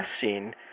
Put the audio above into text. scene